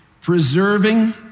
preserving